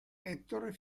ettore